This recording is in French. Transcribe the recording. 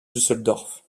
düsseldorf